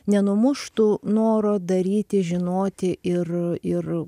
nenumuštų noro daryti žinoti ir ir